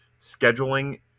scheduling